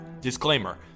Disclaimer